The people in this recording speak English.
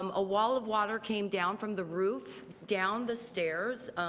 um a wall of water came down from the roof, down the stairs,